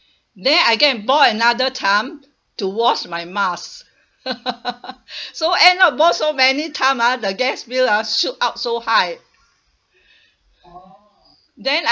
then I go and boil another time to wash my mask so end up boil so many time ah the gas bill ah shoot up so high then I